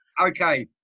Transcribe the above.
Okay